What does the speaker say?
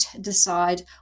decide